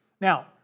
Now